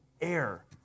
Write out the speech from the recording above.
air